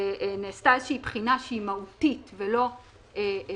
נעשתה איזושהי בחינה שהיא מהותית ולא פרוצדורלית,